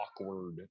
awkward